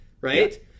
right